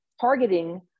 targeting